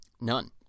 none